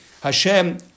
Hashem